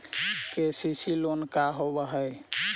KCC loan का होब हइ?